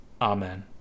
Amen